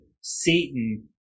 Satan